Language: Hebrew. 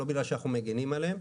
לא בגלל שאנחנו מגנים עליהן.